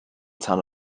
tan